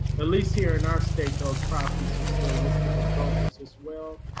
at least here in our state, those properties are still listed with brokers as well.